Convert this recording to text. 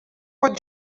pot